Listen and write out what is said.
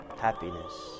happiness